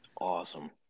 awesome